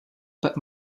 but